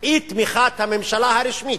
אי-תמיכת הממשלה, הרשמית,